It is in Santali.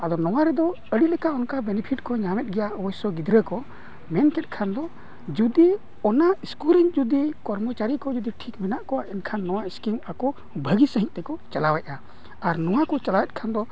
ᱟᱫᱚ ᱱᱚᱣᱟ ᱨᱮᱫᱚ ᱟᱹᱰᱤᱞᱮᱠᱟ ᱚᱱᱠᱟ ᱵᱮᱱᱤᱯᱷᱤᱴ ᱠᱚ ᱧᱟᱢᱮᱫ ᱜᱮᱭᱟ ᱚᱵᱚᱥᱥᱳᱭ ᱜᱤᱫᱽᱨᱟᱹ ᱠᱚ ᱢᱮᱱ ᱠᱮᱜ ᱠᱷᱟᱱ ᱫᱚ ᱡᱩᱫᱤ ᱚᱱᱟ ᱥᱠᱩᱞ ᱨᱮᱱ ᱡᱩᱫᱤ ᱠᱚᱨᱢᱚᱪᱟᱹᱨᱤ ᱠᱚ ᱡᱩᱫᱤ ᱴᱷᱤᱠ ᱢᱮᱱᱟᱜ ᱠᱚᱣᱟ ᱮᱱᱠᱷᱟᱱ ᱱᱚᱣᱟ ᱥᱠᱤᱢ ᱟᱠᱚ ᱵᱷᱟᱹᱜᱤ ᱥᱟᱺᱦᱤᱡ ᱛᱮᱠᱚ ᱪᱟᱞᱟᱣᱮᱜᱼᱟ ᱟᱨ ᱱᱚᱣᱟ ᱠᱚ ᱪᱟᱞᱟᱣᱮᱜ ᱠᱷᱟᱱ ᱫᱚ